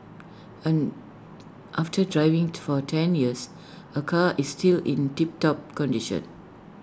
after driving for ten years her car is still in tiptop condition